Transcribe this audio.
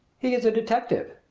he is a detective,